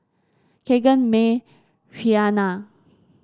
Kegan Mae Rhianna